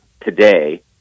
today